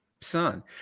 son